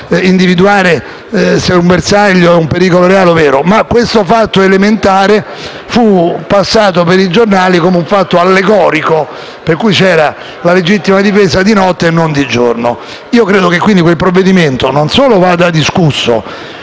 di individuare se un bersaglio è un pericolo reale o no, ma questo fatto elementare passò sui giornali come un fatto allegorico, per cui, c'era la legittima difesa di notte e non di giorno. Credo quindi che quel provvedimento non solo vada discusso,